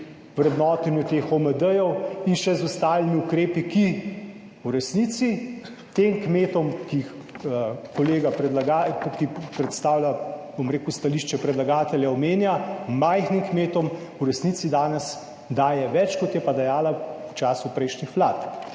vrednotenju teh OMD-jev in še z ostalimi ukrepi, ki v resnici tem kmetom, ki jih kolega predlagatelj, ki predstavlja, bom rekel, stališče predlagatelja omenja, majhnim kmetom v resnici danes daje več kot je pa dejala v času prejšnjih vlad.